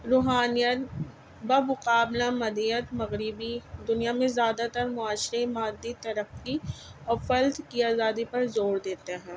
روحانیت بمقابلہ مادیت مغربی دنیا میں زیادہ تر معاشرے مادی ترقی اور فرد کی آزادی پر زور دیتے ہیں